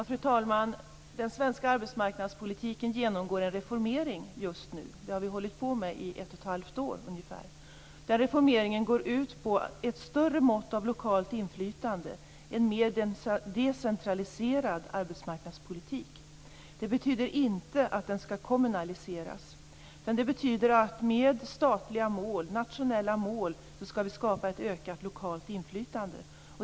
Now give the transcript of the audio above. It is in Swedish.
Fru talman! Den svenska arbetsmarknadspolitiken genomgår en reformering just nu. Vi har hållit på med den i ungefär ett och ett halvt år. Den reformeringen går ut på att skapa ett större mått av lokalt inflytande och en mer decentraliserad arbetsmarknadspolitik. Det betyder inte att den skall kommunaliseras, utan det betyder att vi med nationella mål skall skapa ett ökat lokalt inflytande.